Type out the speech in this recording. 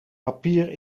papier